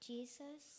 Jesus